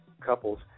couples